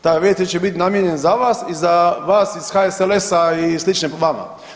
Taj WC će biti namijenjen za vas i za vas iz HSLS-a i slične vama.